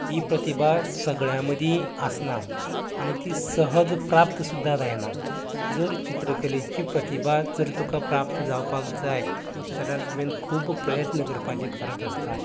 ही प्रतिभा सगळ्यां मदीं आसना आनी ती सहज प्राप्त सुद्दां जायना जर चित्रकलेची प्रतिभा जर तुकां प्राप्त जावपाक जाय जाल्यार तुवेंन खूब प्रयत्न करपाची गरज आसता